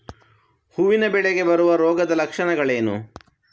ಹೂವಿನ ಬೆಳೆಗೆ ಬರುವ ರೋಗದ ಲಕ್ಷಣಗಳೇನು?